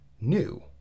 new